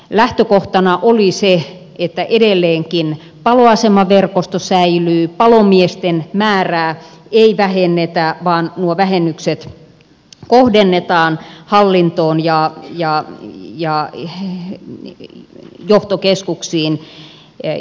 lähtökohtana oli se että edelleenkin paloasemaverkosto säilyy palomiesten määrää ei vähennetä vaan nuo vähennykset kohdennetaan hallintoon ja johtokeskuksiin